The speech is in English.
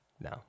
No